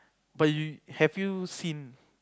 but you have you seen